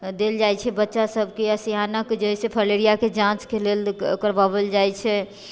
देल जाइ छै बच्चा सबके आओर सिआनके जे अछि फलेरिआके जाँचके लेल करबाएल जाइ छै